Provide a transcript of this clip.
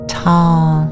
tall